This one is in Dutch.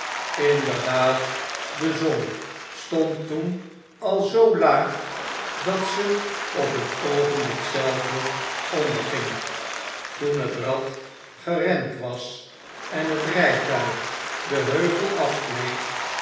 inderdaad de zon stond toen al zoo laag dat ze op het oogenblik zelve onderging toen het rad geremd was en het rijtuig den heuvel afgleed